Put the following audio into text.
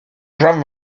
jean